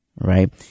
Right